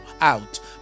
out